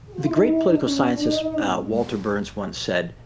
the great political scientist walter burns once said,